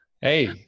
Hey